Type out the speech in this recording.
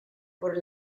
por